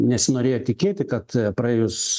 nesinorėjo tikėti kad praėjus